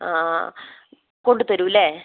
ആ ആ കൊണ്ടുത്തരും അല്ലേ